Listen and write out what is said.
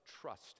trust